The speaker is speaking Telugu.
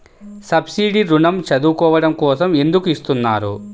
సబ్సీడీ ఋణం చదువుకోవడం కోసం ఎందుకు ఇస్తున్నారు?